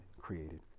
created